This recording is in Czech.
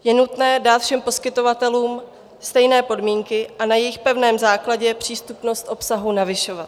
Je nutné dát všem poskytovatelům stejné podmínky a na jejich pevném základě přístupnost obsahu navyšovat.